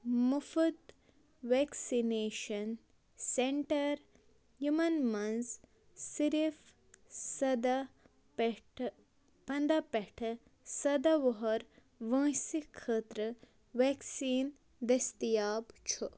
مُفت vaccination centre یِمَن مَنٛز صِرف سَداہ پٮ۪ٹھٕ پَنٛداہ پٮ۪ٹھٕ سَداہ وُہُر وٲنٛسہِ خٲطرٕ ویکسیٖن دٔستِیاب چھُ